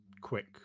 quick